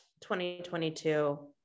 2022